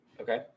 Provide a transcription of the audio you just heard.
okay